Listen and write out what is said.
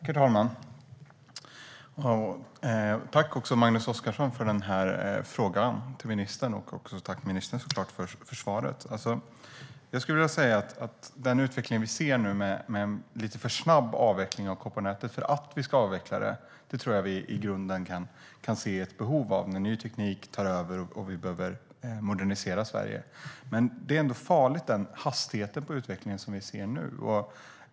Herr talman! Tack, Magnus Oscarsson, för frågan till ministern! Och tack, ministern, för svaret! Jag skulle vilja säga att vi nu ser en utveckling med en lite för snabb avveckling av kopparnätet. Att vi ska avveckla det tror jag att vi i grunden kan se ett behov av när ny teknik tar över och vi behöver modernisera Sverige. Men det är farligt med den hastighet på utvecklingen som vi nu ser.